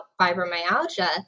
fibromyalgia